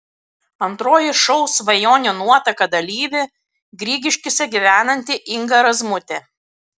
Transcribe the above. antroji šou svajonių nuotaka dalyvė grigiškėse gyvenanti inga razmutė